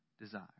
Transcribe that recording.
desire